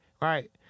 right